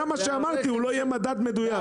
גם מה שאמרתי לא יהיה מדד מדויק.